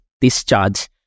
discharge